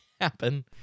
happen